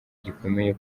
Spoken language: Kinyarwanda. gikomeye